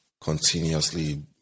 continuously